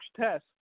test